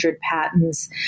patents